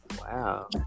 Wow